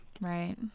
Right